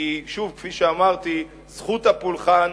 כי, שוב, כפי שאמרתי, זכות הפולחן,